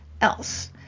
else